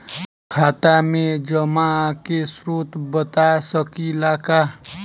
खाता में जमा के स्रोत बता सकी ला का?